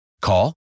Call